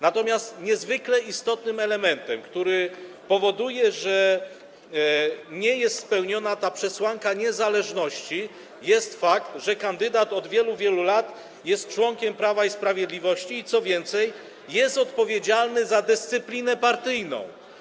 Natomiast niezwykle istotnym elementem, który powoduje, że nie jest spełniona ta przesłanka niezależności, jest fakt, że kandydat od wielu, wielu lat jest członkiem Prawa i Sprawiedliwości i, co więcej, jest odpowiedzialny za dyscyplinę partyjną.